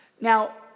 Now